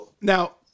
now